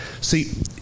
See